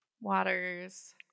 Waters